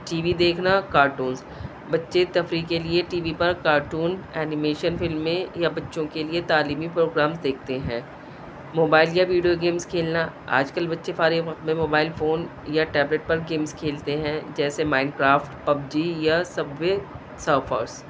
T V دیکھنا cartoons بچے تفریح کے لیے ٹی وی پر کارٹون اینیمیشن فلمیں یا بچوں کے لیے تعلیمی پروگرامس دیکھتے ہیں موبائل یا ویڈیو گیمز کھیلنا آج کل بچے فارغ وقت میں موبائل فون یا ٹیبلیٹ پر گیمز کھیلتے ہیں جیسے مائن کرافٹ پبجی یا سب وے سرفر